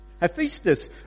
Hephaestus